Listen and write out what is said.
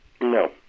No